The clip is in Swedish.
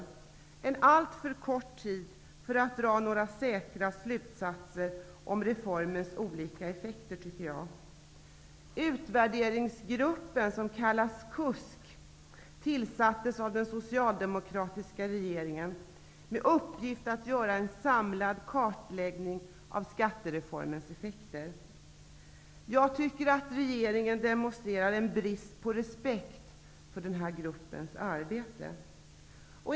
Det är en alltför kort tid för att man skall kunna dra några säkra slutsatser om reformens olika effekter. Utvärderingsgruppen KUSK tillsattes av den socialdemokratiska regeringen och fick i uppgift att göra en samlad kartläggning av skattereformens effekter. Jag tycker att regeringen demonstrerar en brist på respekt för gruppens arbete.